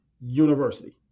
university